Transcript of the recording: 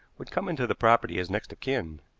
would come into the property as next of kin.